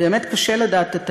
באמת קשה לדעת את התאריך.